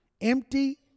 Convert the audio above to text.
empty